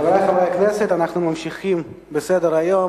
חברי חברי הכנסת, אנחנו ממשיכים בסדר-היום.